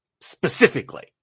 specifically